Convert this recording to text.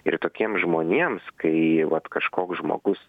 ir tokiems žmonėms kai vat kažkoks žmogus